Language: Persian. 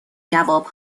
جواب